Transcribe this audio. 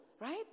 right